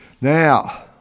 Now